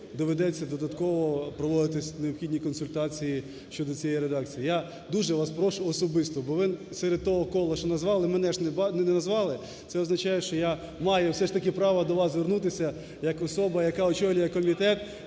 доведеться додатково проводити необхідні консультації до цієї редакції. Я дуже вас прошу особисто, бо ви серед того кола, що назвали, мене ж не назвали. Це означає, що я маю все ж таки право до вас звернутися як особа, яка очолює комітет